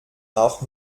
auch